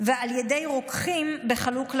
ועל ידי רוקחים בחלוק לבן,